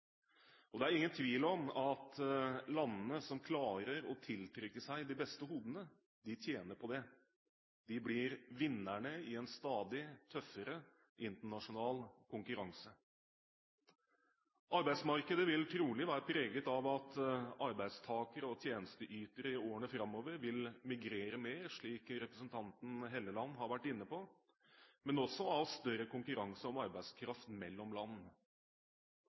og det er ingen tvil om at landene som klarer å tiltrekke seg de beste hodene, tjener på det. De blir vinnerne i en stadig tøffere internasjonal konkurranse. Arbeidsmarkedet vil trolig være preget av at arbeidstakere og tjenesteytere i årene framover vil migrere mer, slik representanten Helleland har vært inne på, men også av større konkurranse om arbeidskraft mellom land.